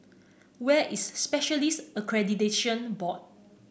where is Specialists Accreditation Board